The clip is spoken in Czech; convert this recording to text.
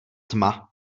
tma